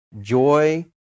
joy